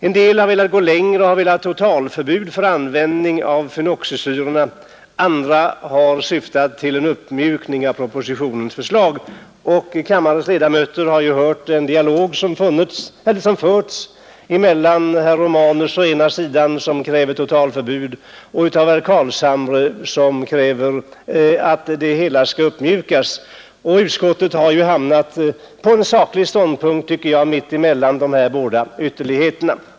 En del motionärer har gått ganska långt och velat ha totalförbud mot användning av fenoxisyrorna, andra har syftat till en uppmjukning av propositionens förslag. Kammarens ledamöter har hört dialogen som förts mellan herr Romanus, som kräver totalförbud, och herr Carlshamre, som kräver uppmjukning av reglerna. Utskottet har hamnat på en enligt min uppfattning saklig ståndpunkt mittemellan dessa båda ytterligheter.